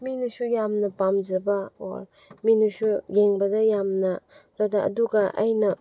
ꯃꯤꯅꯁꯨ ꯌꯥꯝꯅ ꯄꯥꯝꯖꯕ ꯑꯣꯏ ꯃꯤꯅꯁꯨ ꯌꯦꯡꯕꯗ ꯌꯥꯝꯅ ꯑꯗꯨꯅ ꯑꯗꯨꯒ ꯑꯩꯅ